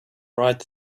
right